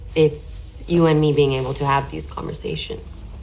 it's you and me being able to have these conversations.